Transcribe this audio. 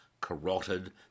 carotid